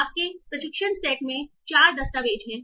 आपके प्रशिक्षण सेट में 4 दस्तावेज़ हैं